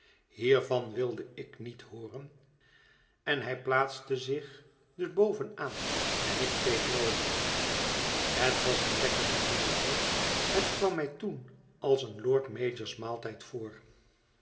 hiervan wilde ik niet hooren en hij plaatste zich dus bovenaan en ik tegenover hem het was een lekker d i n e r t j e het kwam mij toen als een lord mayor's maaltijd voor